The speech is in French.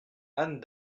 anne